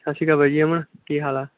ਸਤਿ ਸ਼੍ਰੀ ਅਕਾਲ ਬਾਈ ਜੀ ਅਮਨ ਕੀ ਹਾਲ ਆ